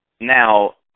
Now